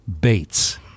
bates